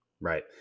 Right